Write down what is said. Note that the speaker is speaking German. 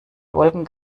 wolken